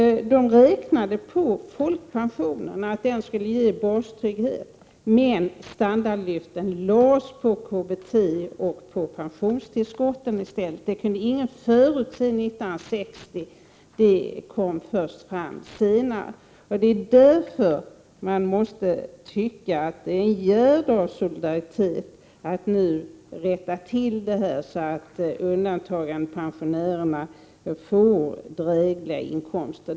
De räknade med att folkpensionen skulle ge bastrygghet, men standardlyften lades på KBT och på pensionstillskotten i stället. Det kunde ingen förutse 1960, utan det framkom först senare. Därför vore det en gärd av solidaritet att nu rätta till detta, så att undantagandepensionärerna får drägliga inkomster.